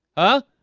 huh?